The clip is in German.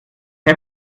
das